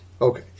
Okay